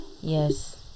yes